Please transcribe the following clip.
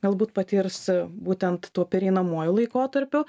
galbūt patirs būtent tuo pereinamuoju laikotarpiu